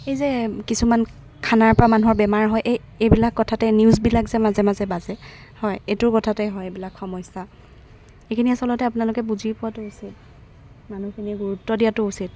এই যে কিছুমান খানাৰ পৰা মানুহৰ বেমাৰ হয় এই এইবিলাক কথাতেই নিউজবিলাক যে মাজে মাজে বাজে হয় এইটোৰ কথাতে হয় এইবিলাক সমস্যা এইখিনি আচলতে আপোনালোকে বুজি পোৱাতো উচিত মানুহখিনিয়ে গুৰুত্ব দিয়াতো উচিত